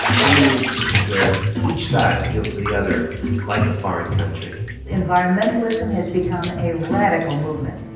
so many instances where each side feels to the other like a foreign country environmentalism has become a radical movement,